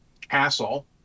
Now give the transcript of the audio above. castle